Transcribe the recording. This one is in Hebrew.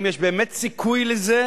האם יש באמת סיכוי לזה?